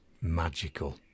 magical